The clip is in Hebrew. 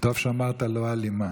טוב שאמרת "לא אלימה".